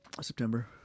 September